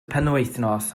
penwythnos